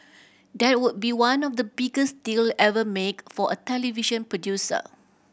that would be one of the biggest deal ever make for a television producer